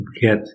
get